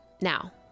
Now